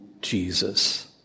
Jesus